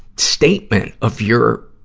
statement of your,